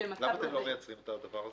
--- למה אתם לא מייצרים את הדבר הזה?